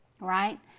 Right